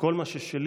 שכל מה ששלי,